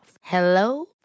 Hello